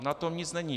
Na tom nic není.